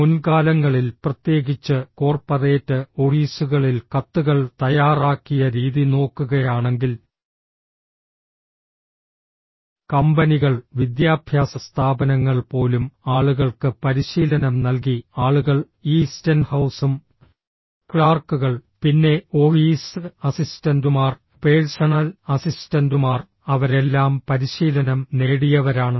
മുൻകാലങ്ങളിൽ പ്രത്യേകിച്ച് കോർപ്പറേറ്റ് ഓഫീസുകളിൽ കത്തുകൾ തയ്യാറാക്കിയ രീതി നോക്കുകയാണെങ്കിൽ കമ്പനികൾ വിദ്യാഭ്യാസ സ്ഥാപനങ്ങൾ പോലും ആളുകൾക്ക് പരിശീലനം നൽകി ആളുകൾ ഈ സ്റ്റെൻഹൌസും ക്ലാർക്കുകൾ പിന്നെ ഓഫീസ് അസിസ്റ്റന്റുമാർ പേഴ്സണൽ അസിസ്റ്റന്റുമാർ അവരെല്ലാം പരിശീലനം നേടിയവരാണ്